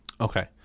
Okay